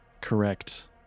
correct